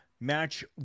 Match